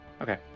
okay